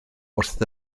wrth